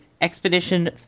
Expedition